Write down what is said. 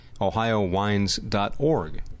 ohiowines.org